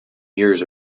years